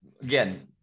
again